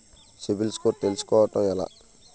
CIBIL score తెల్సుకోటం ఎలా?